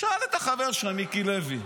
תשאל את החבר שלך מיקי לוי.